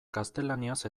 gaztelaniaz